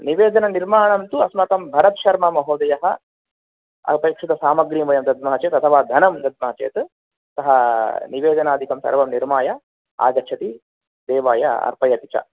निवेदननिर्माणं तु अस्माकं भरत् शर्मा महोदयः अपेक्षितसामग्रीं वयं दद्मः चेत् अथवा धनं दद्मः चेत् सः निवेदनादिकं सर्वं निर्माय आगच्छति देवाय अर्पयति च